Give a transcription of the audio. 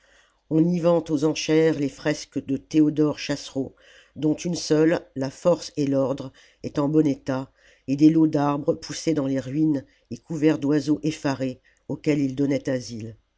on y vend aux enchères les fresques de théodore chassereau dont une seule la force et l'ordre est en bon état et des lots d'arbres poussés dans les ruines et couverts d'oiseaux effarés auxquels ils donnaient asile